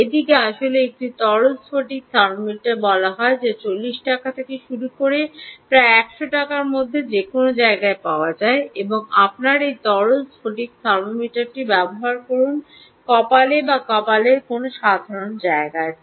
এটিকে আসলে একটি তরল স্ফটিক থার্মোমিটার বলা হয় যা 40 টাকা থেকে শুরু করে প্রায় 100 টাকার মধ্যে যে কোনও জায়গায় পাওয়া যায় এবং আপনার এই সাধারণ তরল স্ফটিক থার্মোমিটারটি আপনার কপালে এই সাধারণ তরল স্ফটিক থার্মোমিটার ব্যবহার করুন